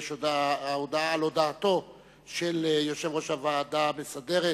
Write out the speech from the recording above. הצבעה על הודעתו של יושב-ראש הוועדה המסדרת